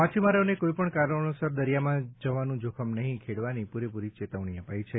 માછીમારોને કોઈપણ કારણોસર દરિયામાં જવાનું જોખમ નહીં ખેડવાની પૂરેપૂરી ચેતવણી અપાઈ છે